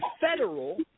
federal